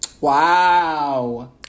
Wow